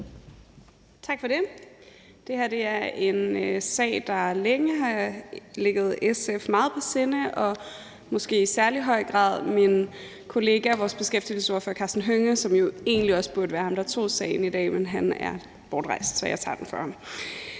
Tak for det. Det her er en sag, der længe har ligget SF meget på sinde, måske i særlig høj grad min kollega vores beskæftigelsesordfører Karsten Hønge, som jo egentlig også burde være den, der tog sagen i dag, men han er bortrejst, så jeg tager den for ham.